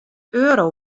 euro